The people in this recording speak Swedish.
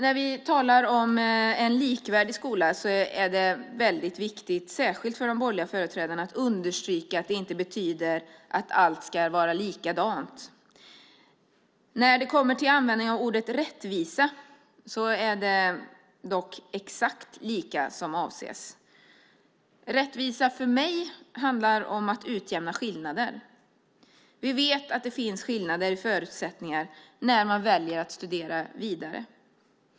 När vi talar om en likvärdig skola är det väldigt viktigt, särskilt för de borgerliga företrädarna, att understryka att det inte betyder att allt ska vara likadant. När det kommer till användningen av ordet rättvisa är det dock exakt lika som avses. Rättvisa handlar för mig om att utjämna skillnader. Vi vet att det finns skillnader i förutsättningar när man väljer att studera vidare.